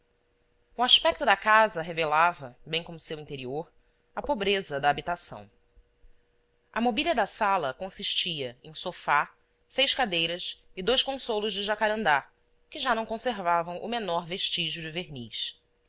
o aspecto da casa revelava bem como seu interior a pobreza da habitação a mobília da sala consistia em sofá seis cadeiras e dois consolos de jacarandá que já não conservavam o menor vestígio de verniz